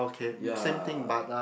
ya